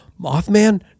Mothman